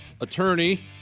attorney